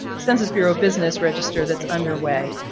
census bureau business register that's underway.